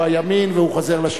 הוא הימין והוא חוזר לשלטון.